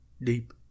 deep